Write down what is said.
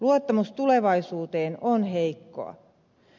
luottamus tulevaisuuteen on heikkoa